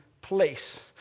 place